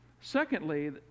Secondly